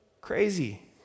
Crazy